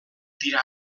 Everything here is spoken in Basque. dira